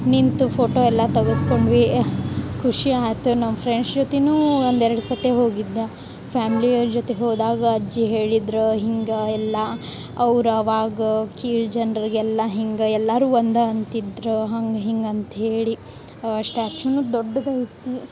ನಿಂತು ಫೊಟೋ ಎಲ್ಲ ತಗಸ್ಕೊಂಡ್ವಿ ಖುಷಿ ಆತ್ ನಮ್ಮ ಫ್ರೆಂಡ್ಶ್ ಜೊತಿನೂ ಒಂದು ಎರ್ಡು ಸತೆ ಹೋಗಿದ್ದ ಫ್ಯಾಮ್ಲಿಯರ ಜೊತೆ ಹೋದಾಗ ಅಜ್ಜಿ ಹೇಳಿದ್ರ ಹಿಂಗೆ ಎಲ್ಲಾ ಅವ್ರ ಅವಾಗ ಕೀಳು ಜನ್ರಗೆಲ್ಲ ಹಿಂಗೆ ಎಲ್ಲರು ಒಂದ ಅಂತಿದ್ರ ಹಂಗ ಹಿಂಗ ಅಂತ್ಹೇಳಿ ಸ್ಟ್ಯಾಚುನು ದೊಡ್ಡದೈತಿ